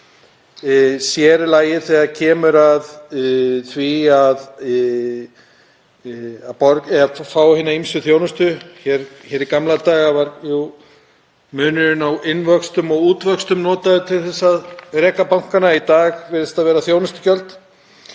sér í lagi þegar kemur að því að fá hina ýmsu þjónustu. Í gamla daga var jú munurinn á innvöxtum og útvöxtum notaður til að reka bankann en í dag virðast það vera þjónustugjöld.